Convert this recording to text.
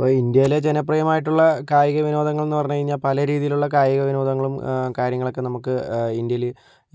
അപ്പോൾ ഇന്ത്യയിലെ ജനപ്രിയമായിട്ടുള്ള കായിക വിനോദങ്ങളെന്നു പറഞ്ഞ് കഴിഞ്ഞാൽ പല രീതിലുള്ള കായിക വിനോദങ്ങളും കാര്യങ്ങളൊക്കെ നമുക്ക് ഇന്ത്യയിൽ